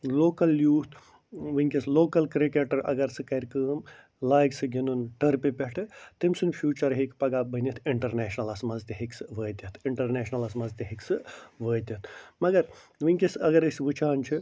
local youth وُنٛکیٚس local cricketer اگر سُہ کَرِ کٲم لاگہِ سُہ گِنٛدُن ٹٔرفہِ پٮ۪ٹھہٕ تٔمۍ سُنٛد فیٛوچر ہیٚکہِ پگاہ بٔنِتھ اِنٛٹرنیشنلس منٛز تہِ ہیٚکہِ سُہ وٲتِتھ اِنٛٹرنیشنلس منٛز تہِ ہیٚکہِ سُہ وٲتِتھ مگر وُنٛکیٚس اگر أسۍ وُچھان چھِ